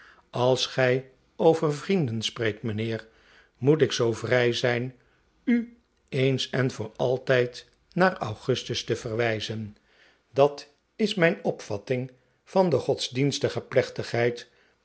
als gij over vrienden spreekt mijnheer moet ik zoo vrij zijn u eens en voor altijd naar augustus te verwijzen pat is mijn opvatting van de godsdienstige